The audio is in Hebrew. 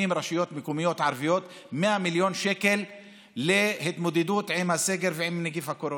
רשויות מקומיות ערביות להתמודדות עם הסגר ועם נגיף הקורונה,